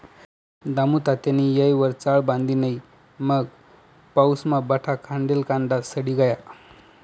दामुतात्यानी येयवर चाळ बांधी नै मंग पाऊसमा बठा खांडेल कांदा सडी गया